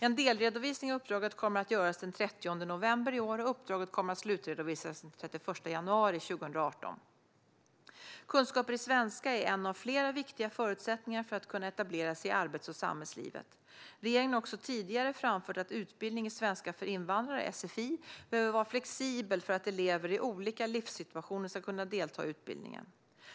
En delredovisning av uppdraget kommer att göras den 30 november i år och uppdraget kommer att slutredovisas den 31 januari 2018. Kunskaper i svenska är en av flera viktiga förutsättningar för att kunna etablera sig i arbets och samhällslivet. Regeringen har också tidigare framfört att utbildning i svenska för invandrare behöver vara flexibel för att elever i olika livssituationer ska kunna delta i utbildningen.